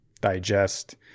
digest